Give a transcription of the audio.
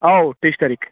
औ थेस थारिक